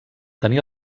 tenir